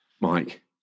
Mike